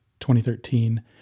2013